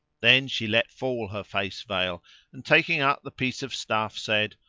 then she let fall her face veil and taking up the piece of stuff said,